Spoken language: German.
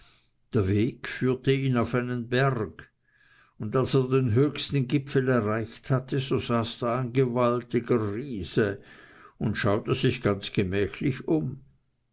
der weg führte ihn auf einen berg und als er den höchsten gipfel erreicht hatte so saß da ein gewaltiger riese und schaute sich ganz gemächlich um